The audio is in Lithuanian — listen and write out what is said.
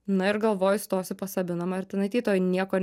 na ir galvoju stosiu pas sabiną martinaitytę o ji nieko